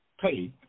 pay